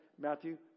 Matthew